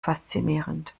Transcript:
faszinierend